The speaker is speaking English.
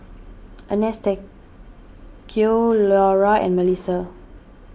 Anastacio Leora and Mellisa